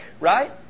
right